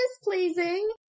displeasing